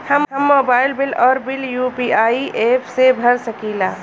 हम mobile bill और bill UPI app से भर सकिला